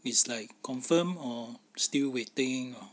it's like confirm or still waiting or